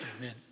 Amen